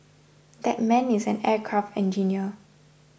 that man is an aircraft engineer